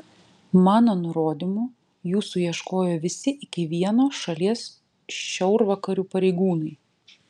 mano nurodymu jūsų ieškojo visi iki vieno šalies šiaurvakarių pareigūnai